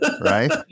Right